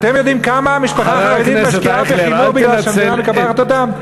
אתם יודעים כמה משפחה חרדית משקיעה בחינוך מפני שהמדינה מקפחת אותם?